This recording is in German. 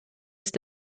ist